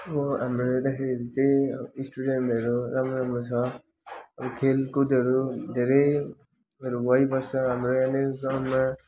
अब हाम्रो यताखेरि चाहिँ स्टुडेन्टहरू राम्रो राम्रो छ अब खेलकूदहरू धेरैहरू भइबस्छ हाम्रो यहाँनिर ग्राउन्डमा